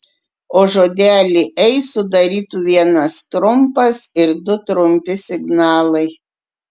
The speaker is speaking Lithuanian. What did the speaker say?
o žodelį ei sudarytų vienas trumpas ir du trumpi signalai